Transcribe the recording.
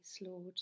Lord